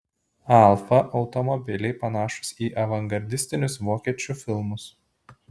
alfa automobiliai panašūs į avangardistinius vokiečių filmus